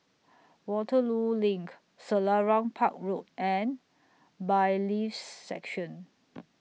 Waterloo LINK Selarang Park Road and Bailiffs' Section